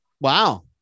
Wow